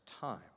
time